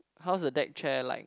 how's the deck chair like